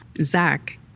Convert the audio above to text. Zach